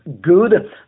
good